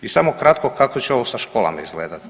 I samo kratko kako će ovo sa školama izgledat.